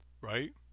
right